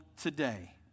today